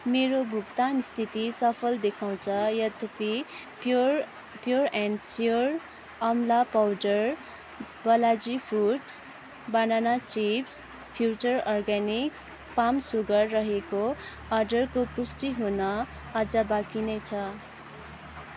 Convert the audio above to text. मेरो भुक्तान स्थिति सफल देखाउँछ यद्यपि pure pure and sure amla powder Balaji foods banana chips र फ्युचर अर्ग्यानिक्स पाम सुगर रहेको अर्डरको पुष्टि हुन अझ बाँकी नै छ